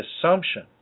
assumption